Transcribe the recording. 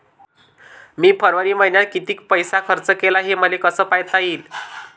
मी फरवरी मईन्यात कितीक पैसा खर्च केला, हे मले कसे पायता येईल?